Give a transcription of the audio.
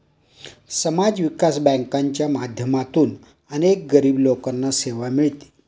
समाज विकास बँकांच्या माध्यमातून अनेक गरीब लोकांना सेवा मिळते